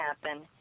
happen